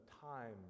time